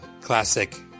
classic